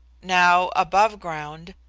now, above ground,